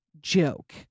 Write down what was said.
joke